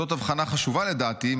זאת הבחנה חשובה לדעתי,